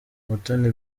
umutoni